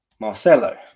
Marcelo